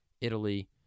Italy